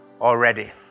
already